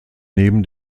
neben